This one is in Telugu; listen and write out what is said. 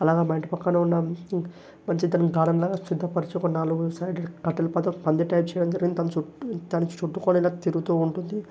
అలాగా మా ఇంటి పక్కన ఉన్న మంచి గార్డెన్లా నాలుగు సైడులు కట్టెల పాతో పందిరి టైప్ చేయడం జరిగింది దాని చుట్టూ దాని చుట్టూ కుడా ఇలా తిరుగుతూ ఉంటుంది